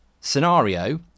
scenario